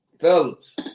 fellas